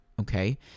Okay